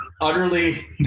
utterly